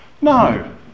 No